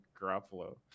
garofalo